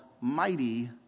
Mighty